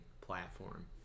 platform